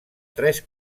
tres